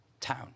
town